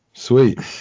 Sweet